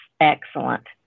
excellent